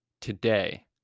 Today